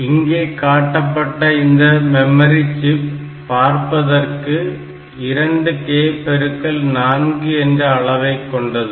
இங்கே காட்டப்பட்ட இந்த மெமரி சிப் பார்ப்பதற்கு 2k x 4 என்ற அளவை கொண்டது